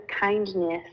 kindness